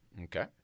Okay